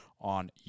on